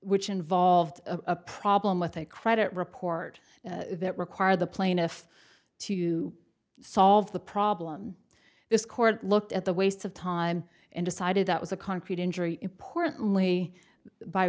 which involved a problem with a credit report that required the plaintiff to solve the problem this court looked at the waste of time and decided that was a concrete injury importantly by